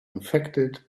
infected